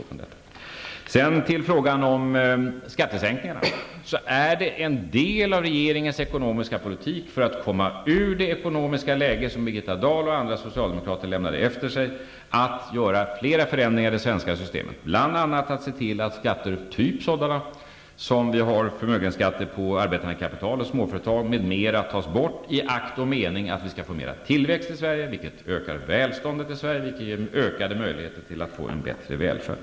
Skattesänkningarna är en del av regeringens ekonomiska politik för att komma ur det ekonomiska läge som Birgitta Dahl och andra socialdemokrater lämnade efter sig, för att göra flera förändringar i det svenska systemet, bl.a. se till att skatter, typ förmögenhetsskatter på arbetande kapital och småföretag, tas bort, i akt och mening att vi skall få mera tillväxt i Sverige, vilket ökar välståndet och ger ökade möjligheter att få en bättre välfärd.